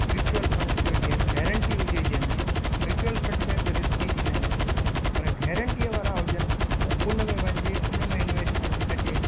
mutual fund थियो जीअं guarantee हुजे जंहिंमें म्यूचुअल फ़ंड में बि रिस्की थींदा आहिनि के पर गेरंटीअ वारा हुजनि त उन में वञिजे उन में इंवेस्टमेंट कजे